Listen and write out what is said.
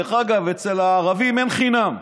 דרך אגב, אצל הערבים אין חינם.